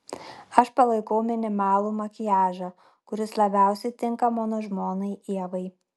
aš palaikau minimalų makiažą kuris labiausiai tinka mano žmonai ievai